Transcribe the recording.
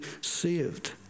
saved